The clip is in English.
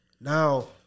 Now